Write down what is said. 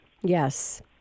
Yes